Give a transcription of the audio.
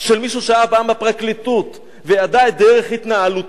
של מישהו שהיה פעם בפרקליטות וידע את דרך התנהלותם,